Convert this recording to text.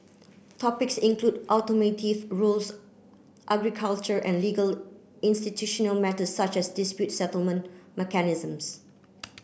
topics include automotive rules agriculture and legal institutional matter such as dispute settlement mechanisms